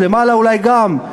למעלה אולי גם.